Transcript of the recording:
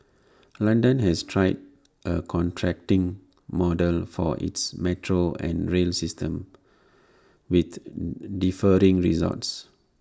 London has tried A contracting model for its metro and rail system with differing results